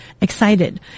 excited